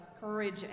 courage